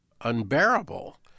unbearable